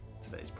today's